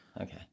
Okay